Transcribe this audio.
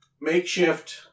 makeshift